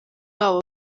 wabo